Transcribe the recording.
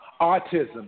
autism